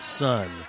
son